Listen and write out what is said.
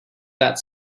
that